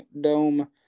Dome